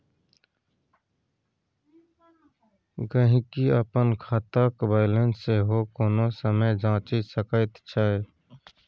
गहिंकी अपन खातक बैलेंस सेहो कोनो समय जांचि सकैत छै